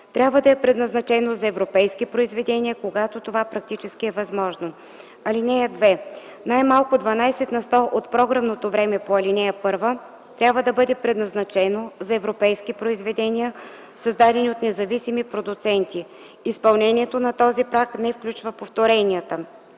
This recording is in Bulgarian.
трябва да е предназначено за европейски произведения, когато това практически е възможно. (2) Най-малко 12 на сто от програмното време по ал. 1 трябва да бъде предназначено за европейски произведения, създадени от независими продуценти. Изпълнението на този праг не включва повторенията.